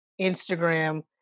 Instagram